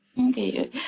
Okay